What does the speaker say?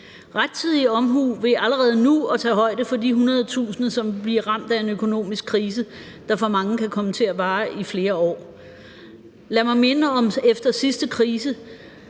rettidig omhu ved allerede nu at tage højde for de 100.000, som vil blive ramt af en økonomisk krise, der for mange kan komme til at vare i flere år. Lad mig minde om, at siden sidste krise